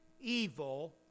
evil